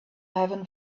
heaven